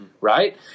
right